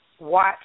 watch